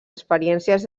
experiències